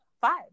Five